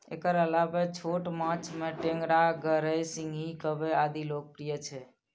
एकर अलावे छोट माछ मे टेंगरा, गड़ई, सिंही, कबई आदि लोकप्रिय छै